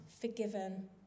forgiven